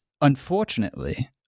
unfortunately